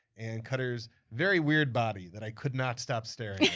and cutter's very weird body that i could not stop staring